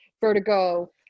vertigo